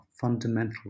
fundamental